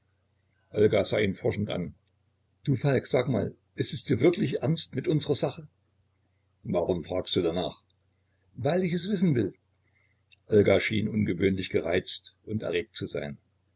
sah ihn forschend an du falk sag mal ist es dir wirklich ernst mit unserer sache warum fragst du danach weil ich es wissen will olga schien ungewöhnlich gereizt und erregt zu sein